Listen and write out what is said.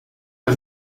par